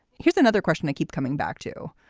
here's another question i keep coming back to.